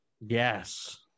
Yes